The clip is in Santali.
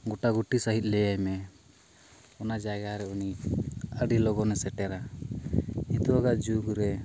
ᱜᱚᱴᱟᱜᱩᱴᱤ ᱥᱟᱸᱦᱤᱡ ᱞᱟᱹᱭᱟᱭᱢᱮ ᱚᱱᱟ ᱡᱟᱭᱜᱟᱨᱮ ᱩᱱᱤ ᱟᱹᱰᱤ ᱞᱚᱜᱚᱱᱮ ᱥᱮᱴᱮᱨᱟ ᱱᱤᱛᱚᱜᱟᱜ ᱡᱩᱜᱽᱨᱮ